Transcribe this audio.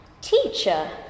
Teacher